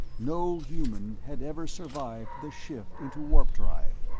no human had ever survived the shift into warp-drive,